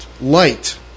light